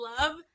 love